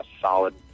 solid